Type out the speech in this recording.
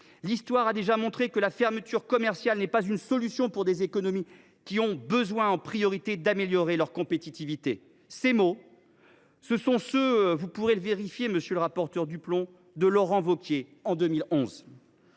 L’histoire a déjà montré que la fermeture commerciale n’est pas une solution pour des économies qui ont besoin, en priorité, d’améliorer leur compétitivité. » Ces propos – vous pourrez le vérifier, monsieur le rapporteur pour avis – ont été tenus par Laurent Wauquiez, en 2011.